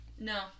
No